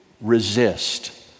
resist